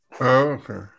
Okay